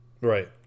Right